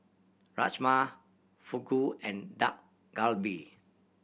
Rajma Fugu and Dak Galbi